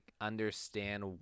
understand